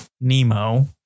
Nemo